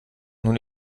nun